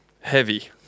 Heavy